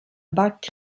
back